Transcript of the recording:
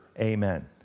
Amen